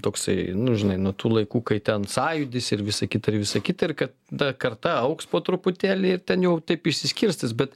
toksai nu žinai nuo tų laikų kai ten sąjūdis ir visa kita ir visa kita ir kad ta karta augs po truputėlį ten jau taip išsiskirstys bet